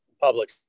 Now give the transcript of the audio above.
public